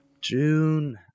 June